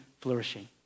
flourishing